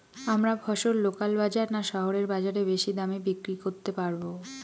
আমরা ফসল লোকাল বাজার না শহরের বাজারে বেশি দামে বিক্রি করতে পারবো?